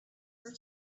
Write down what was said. were